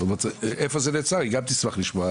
זאת אומרת איפה זה נעצר היא גם תשמח לשמוע,